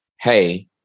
Hey